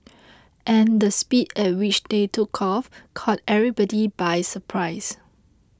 and the speed at which they took off caught everybody by surprise